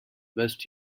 west